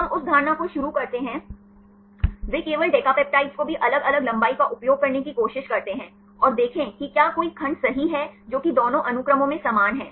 हम उस धारणा को शुरू करते हैं वे केवल डिकैप्टप्टाइड्स को भी अलग अलग लंबाई का उपयोग करने की कोशिश करते हैं और देखें कि क्या कोई खंड सही है जो कि दोनों अनुक्रमों में समान हैं